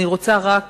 אני רוצה רק